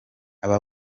aba